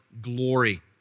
glory